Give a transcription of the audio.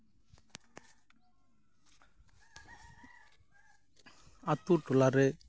ᱟᱛᱳ ᱴᱚᱞᱟ ᱨᱮ